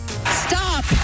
Stop